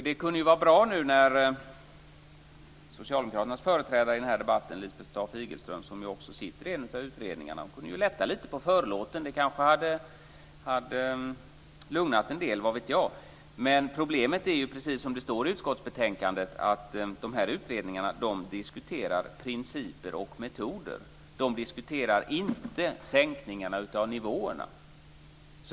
Det kunde ju vara bra nu om Socialdemokraternas företrädare i debatten, Lisbeth Staaf-Igelström, som ju också sitter i en av utredningarna, kunde lätta lite på förlåten. Det kanske skulle lugna en del - vad vet jag? Problemet är ju, precis som det står i utskottsbetänkandet, att utredningarna diskuterar principer och metoder. De diskuterar inte sänkningarna av nivåerna.